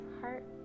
heart